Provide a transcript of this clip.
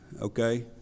okay